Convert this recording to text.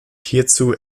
hierzu